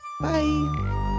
Bye